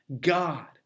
God